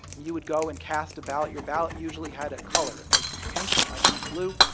you would go and cast a ballot. your ballot usually had a color. it might be pink. it might be blue.